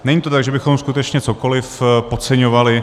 Není to tak, že bychom skutečně cokoliv podceňovali.